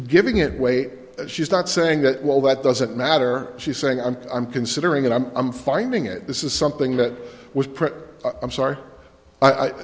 giving it away she's not saying that well that doesn't matter she's saying i'm i'm considering it i'm i'm finding it this is something that was pretty i'm sorry i